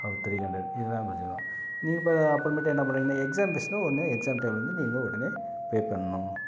அப்புறம் three hundred இது தான் கட்டணும் நீங்கள் ப அப்புறமேட்டு என்ன பண்ணுறீங்கன்னா எக்ஸாம் ஃபீஸ்னால் உடனே எக்ஸாம் டைமில் வந்து நீங்கள் உடனே பே பண்ணணும்